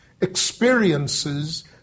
experiences